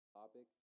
topics